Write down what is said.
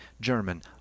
German